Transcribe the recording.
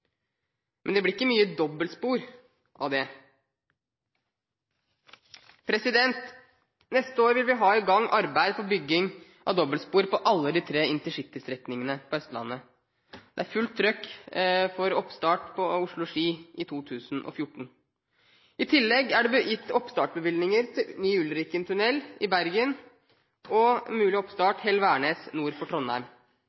men det blir ikke mye dobbeltspor av det. Neste år vil vi ha i gang arbeid for bygging av dobbeltspor på alle de tre intercitystrekningene på Østlandet. Det er fullt trøkk for oppstart på Oslo–Ski i 2014. I tillegg er det gitt oppstartbevilgninger til ny Ulriken-tunnel i Bergen og mulig